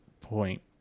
point